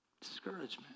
Discouragement